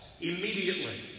immediately